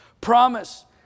promise